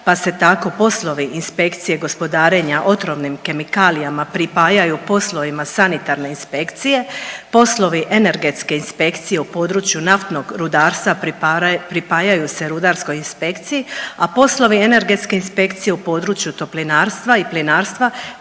pa se tako poslovi inspekcije gospodarenja otrovnim kemikalijama pripajaju poslovima sanitarne inspekcije. Poslovi energetske inspekcije u području naftnog rudarstva pripajaju se rudarskoj inspekciji, a poslovi energetske inspekcije u području toplinarstva i plinarstva